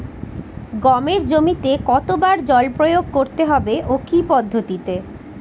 গমের জমিতে কতো বার জল প্রয়োগ করতে হবে ও কি পদ্ধতিতে?